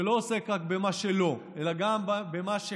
לקיים דיון ענייני שלא עוסק רק במה שלא אלא גם במה שכן,